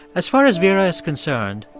as far as vera is concerned,